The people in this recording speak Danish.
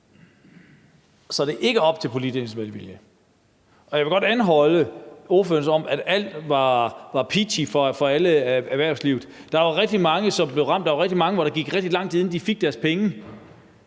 så det ikke er op til politikernes velvilje. Og jeg vil godt anholde ordførerens udsagn om, at alt var peachy for erhvervslivet. Der var rigtig mange, som blev ramt, og der var rigtig mange, hvor der gik rigtig lang tid, inden de fik deres penge,